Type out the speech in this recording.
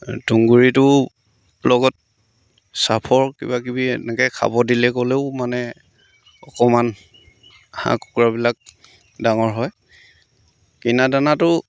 তুঁহগুড়িটোৰ লগত চাফৰ কিবাকিবি এনেকৈ খাব দিলে ক'লেও মানে অকণমান হাঁহ কুকুৰাবিলাক ডাঙৰ হয় কিনা দানাটো